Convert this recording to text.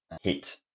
hit